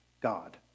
God